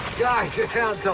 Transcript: guys had found so